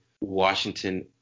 Washington